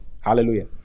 Hallelujah